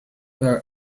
were